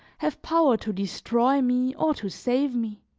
have power to destroy me or to save me,